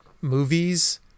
movies